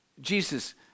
Jesus